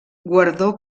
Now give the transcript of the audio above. guardó